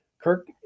Kirk